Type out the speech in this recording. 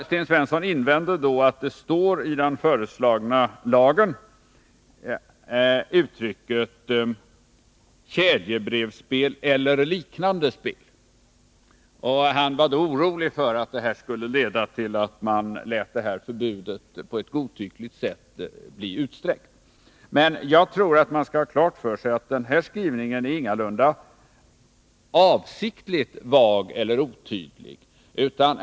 Sten Svensson invände att man i den föreslagna lagen använt uttrycket ”kedjebrevsspel eller liknande spel”. Han var orolig för att detta skulle leda till att man lät förbudet på ett godtyckligt sätt bli utsträckt. Jag tror att man skall ha klart för sig att den här skrivningen ingalunda är avsiktligt vag eller otydlig.